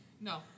No